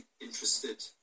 interested